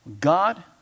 God